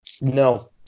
No